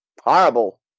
horrible